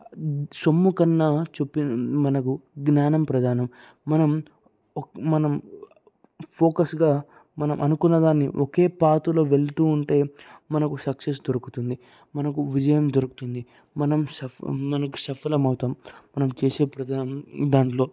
సొమ్ము కన్నా చుప్పి మనకు జ్ఞానం ప్రధానం మనం ఒ మనం ఫోకస్గా మనం అనుకున్న దాన్ని ఒకే పాత్లో వెళ్తూ ఉంటే మనకు సక్సెస్ దొరుకుతుంది మనకు విజయం దొరుకుతుంది మనం సఫల్ మనం సఫలం అవుతాం మనం చేసే ప్రదాన దాంట్లో